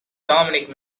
dominic